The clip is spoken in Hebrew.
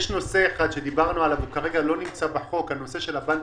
יש נושא אחד שכרגע לא נמצא בחוק הנושא של הבנק